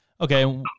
Okay